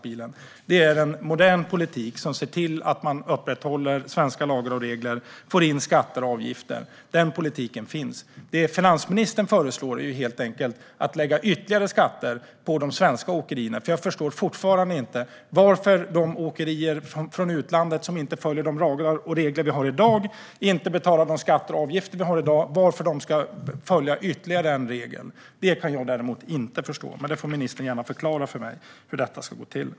Det är en modern politik som ser till att man upprätthåller svenska lagar och regler samt får in skatter och avgifter. Den politiken finns. Det som finansministern föreslår är helt enkelt att man ska lägga ytterligare skatter på de svenska åkerierna. Jag förstår fortfarande inte varför de åkerier från utlandet som inte följer de lagar och regler som vi har i dag och inte betalar skatter och avgifter ska följa ytterligare en regel. Det kan jag inte förstå, men ministern får gärna förklara för mig hur detta ska gå till.